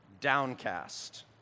downcast